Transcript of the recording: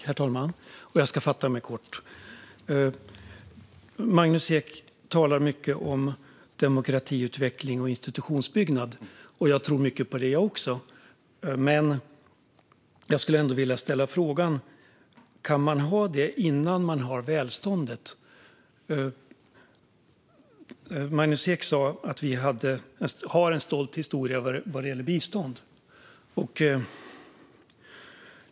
Herr talman! Jag ska fatta mig kort. Magnus Ek talar mycket om demokratiutveckling och institutionsbyggnad. Jag tror mycket på det också. Men jag skulle ändå vilja ställa frågan: Kan man ha detta innan man har välstånd? Magnus Ek sa att vi har en stolt historia när det gäller bistånd.